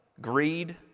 greed